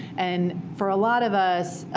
and for a lot of us,